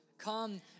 come